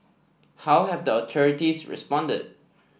how have the authorities responded